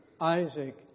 Isaac